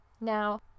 Now